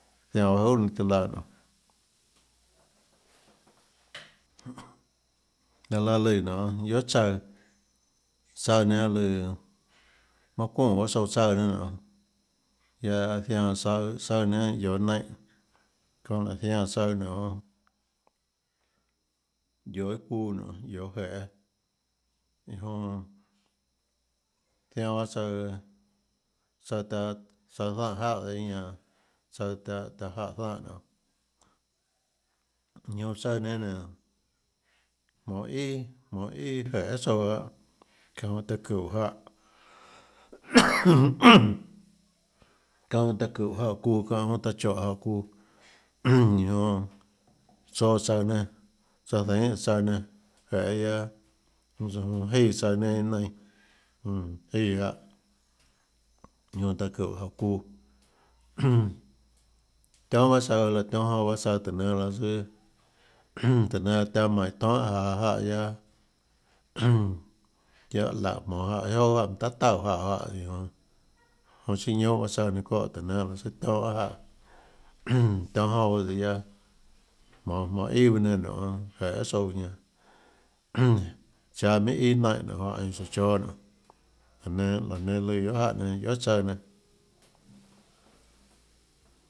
Zianã baâ juhà nénâ tiuâ laã nonê, laã laã lùã guiohà nonê guiohà tsaøã tsaøã nénâ lùã manã çuunè paâ tsouã tsaøã nénâ nonê guiaâ zianã zaøã tsaøã nénâ nonê guionå naínhã çónã laã zainã tsaøã nonê guionå iâ çuuã nonê guioå jeê iã jonã zianã bahâ tsaøã tsaøã taã tsaøã zánhã jáhã dehâ ñanã tsaøã tsaøã taã jáhã zánhã ñanã oå tsaøã nénã nénå jmonå ià jmonå ià jeê guiohà tsouã lahâ çáhã jonã taã çúhå jáhã çánhã jonã taã çúhå jahã çuuã çánã jonã taã chó jahã çuuã iã jonã tsóâ tsaøã nénâ tsaã zeinhê tsaøã nénâ jeê guiaâ jíã tsaøã nénâ iâ nainãmm jíã jáhã iã jonã taã çúhå jáh çuuã tionhâ paâ tsaøã laã tionhâ jonã pahâ tsaøã tùhå nénâ guiaâ søã tùhå nénâ la tiaâ mánå iã tonhâ jaå jaå jáhã guiaâ guiaâ laùhå jmonå jáhã iã jouà juáhã manã táhà tauè jáhã iã jonã chiâ ñounhâ bahâ tsaøã nénâ çóhã tùhå nénâ sùà tionhâ bahâ jáhã tionhâ jonã bahâ guiaâjmonå jmonå ià bahâ nénâ nionê jeê guiohà tsouã ñanã cháâ minhà ià naínã nionê juáhã einã tsouã chóâ baâ nonê láå nenå laã nenã lù guiohà jáhã nénâ guiohà tsaøã nénâ.